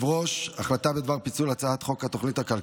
הצעת ועדת הפנים והגנת הסביבה לפי